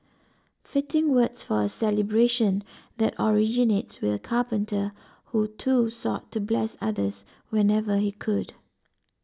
fitting words for a celebration that originates with a carpenter who too sought to bless others whenever he could